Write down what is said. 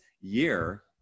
year